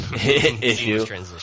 issue